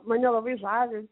mane labai žavi